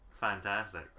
Fantastic